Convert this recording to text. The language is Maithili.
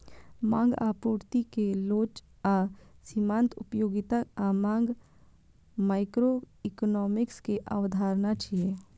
मांग आ आपूर्ति के लोच आ सीमांत उपयोगिता आ मांग माइक्रोइकोनोमिक्स के अवधारणा छियै